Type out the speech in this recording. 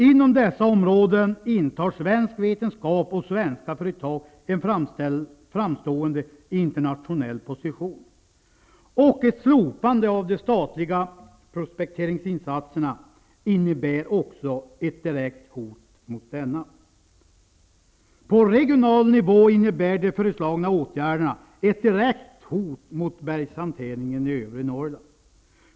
Inom dessa områden intar svensk vetenskap och svenska företag en framstående internationell position, och ett slopande av de statliga prospekteringsinsatserna innebär också ett direkt hot mot denna. På regional nivå innebär de föreslagna åtgärderna ett direkt hot mot bergshanteringen i övre Norrland.